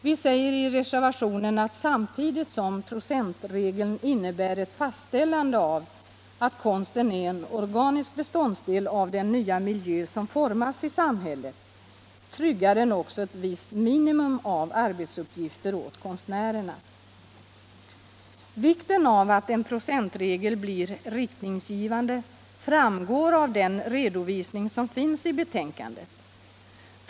Vi säger i den reservationen att samtidigt som procentregeln innebär ett fastställande av att konsten är en organisk beståndsdel av den nya miljö som formas i samhället tryggar den också ett visst minimum av arbetsuppgifter åt konstnärerna. Vikten av att en procentregel blir riktningsgivande framgår av den redovisning som finns i betänkandet.